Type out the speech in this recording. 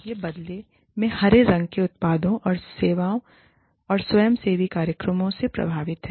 अब यह बदले में हरे रंग के उत्पादों और सेवाओं और स्वयंसेवी कार्यक्रमों से प्रभावित है